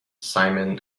simon